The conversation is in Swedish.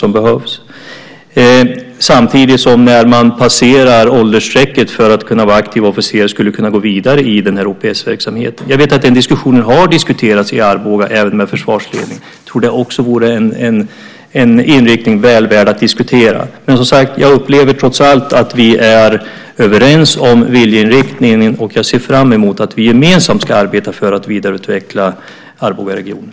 När de sedan passerar ålderstrecket för att vara aktiv officer kan de gå vidare i OPS-verksamheten. Jag vet att detta har diskuterats i Arboga, även med försvarsledningen. Det vore en inriktning väl värd att diskutera. Jag upplever, trots allt, att vi är överens om viljeinriktningen. Jag ser fram emot att vi gemensamt ska arbeta för att vidareutveckla Arbogaregionen.